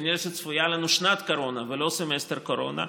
כנראה שצפויה לנו שנת קורונה ולא סמסטר קורונה.